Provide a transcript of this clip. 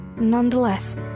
Nonetheless